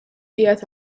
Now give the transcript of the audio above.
qiegħed